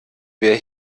wer